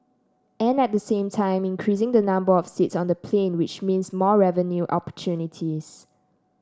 and at the same time increasing the number of seats on the plane which means more revenue opportunities